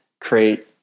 create